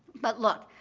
but look,